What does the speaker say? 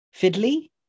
fiddly